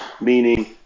meaning